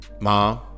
Mom